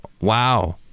Wow